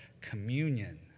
communion